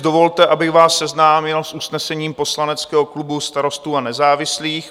Dovolte, abych vás seznámil s usnesením poslaneckého klubu Starostů a nezávislých.